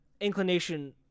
inclination